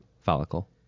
follicle